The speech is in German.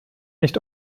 nicht